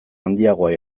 handiagoa